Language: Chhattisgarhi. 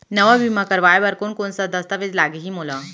नवा बीमा करवाय बर कोन कोन स दस्तावेज लागही मोला?